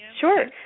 Sure